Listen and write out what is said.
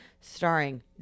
starring